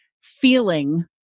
feeling